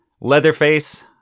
Leatherface